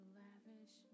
lavish